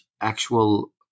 actual